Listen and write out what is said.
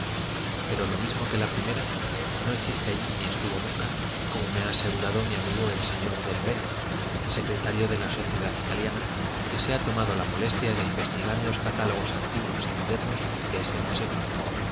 pero lo mismo que la primera no existe allí ni estuvo nunca como me ha asegurado mi amigo el sr delbene secretario de la sociedad italiana que se ha tomado la molestia de investigar en los catálogos antiguos y modernos de este museo